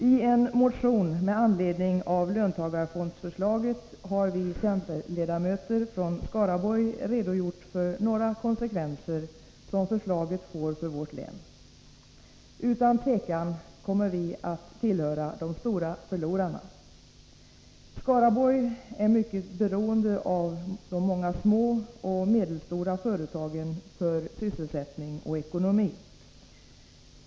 I en motion med anledning av löntagarfondsförslaget har vi centerledamöter från Skaraborg redogjort för några konsekvenser som förslaget får för vårt län. Utan tvivel kommer vi att tillhöra de stora förlorarna. Skaraborg är mycket beroende av de många små och medelstora företagen för sysselsättning och ekonomi.